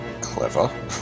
Clever